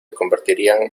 convertirían